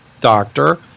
doctor